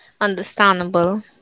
Understandable